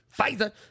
Pfizer